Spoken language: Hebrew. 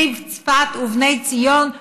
זיו צפת ובני ציון.